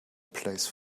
place